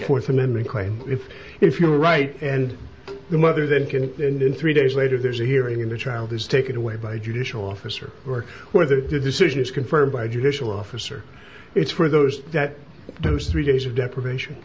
fourth amendment claim if if you're right and the mother then can and in three days later there's a hearing in the child is taken away by judicial officer or whether the decision is confirmed by a judicial officer it's for those that there was three days of deprivation